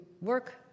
work